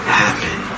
happen